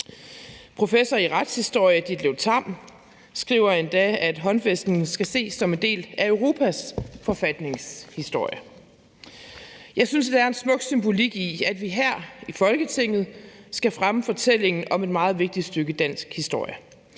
Professor i retshistorie Ditlev Tamm skriver endda, at håndfæstningen skal ses som en del af Europas forfatningshistorie. Jeg synes, at der er en smuk symbolik i, at vi her i Folketinget skal fremme fortællingen om et meget vigtigt stykke dansk historie.